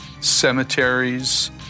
cemeteries